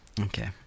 Okay